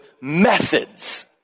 methods